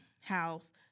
house